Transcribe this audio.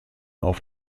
auf